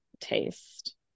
taste